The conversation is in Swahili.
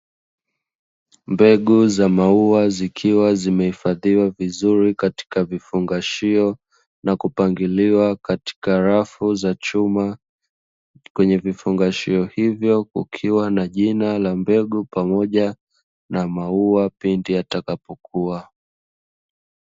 Mbegu za maua zikiwa zimehifadhiwa vizuri katika vifungashio, na kupangiliwa katika rafu za chuma. Kwenye vifungashio hivyo kukiwa na jina la mbegu pamoja na maua pindi yatakapokua.